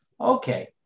Okay